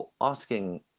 asking